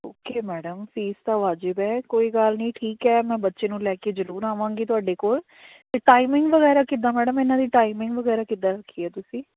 okay madam fee ਤਾਂ ਵਾਜਿਬ ਹੈ ਕੋਈ ਗੱਲ ਨਹੀਂ ਠੀਕ ਹੈ ਮੈਂ ਬੱਚੇ ਨੂੰ ਲੈ ਕੇ ਜ਼ਰੂਰ ਆਵਾਂਗੀ ਤੁਹਾਡੇ ਕੋਲ ਅਤੇ ਟਾਈਮਿੰਗ ਵਗੈਰਾ ਕਿੱਦਾਂ ਮੈਡਮ ਇਹਨਾਂ ਦੀ ਟਾਈਮਿੰਗ ਵਗੈਰਾ ਕਿੱਦਾਂ ਰੱਖੀ ਹੈ ਤੁਸੀਂ